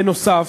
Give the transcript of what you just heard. בנוסף,